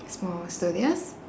it's more studious